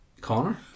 Connor